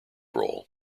role